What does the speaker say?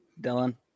Dylan